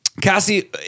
Cassie